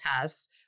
tests